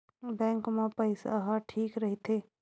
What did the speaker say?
Bank मा पईसा ह ठीक राइथे?